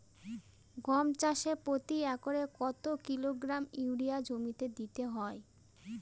গম চাষে প্রতি একরে কত কিলোগ্রাম ইউরিয়া জমিতে দিতে হয়?